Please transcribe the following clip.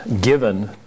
given